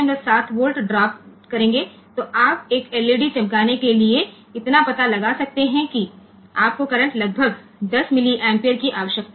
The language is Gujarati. તેથી આપણે શોધી શકીએ છીએ કે LED સંપૂર્ણપણે ગ્લો કરવા માટે આપણને લગભગ 10 મિલિએમ્પીયર કરંટ ની જરૂર પડે છે